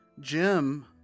Jim